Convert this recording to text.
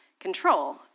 control